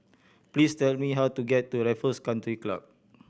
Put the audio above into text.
please tell me how to get to Raffles Country Club